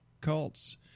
cults